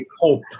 hope